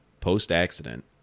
post-accident